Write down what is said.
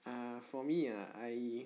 ah for me ah